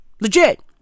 Legit